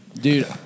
Dude